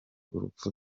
urupfu